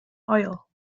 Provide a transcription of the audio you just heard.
oil